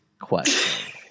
question